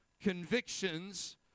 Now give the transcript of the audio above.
convictions